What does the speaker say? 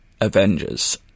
Avengers